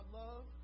love